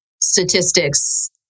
statistics